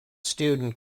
student